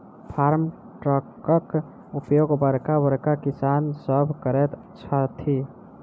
farm ट्रकक उपयोग बड़का बड़का किसान सभ करैत छथि